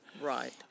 Right